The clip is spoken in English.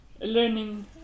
learning